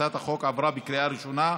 הצעת החוק עברה בקריאה ראשונה,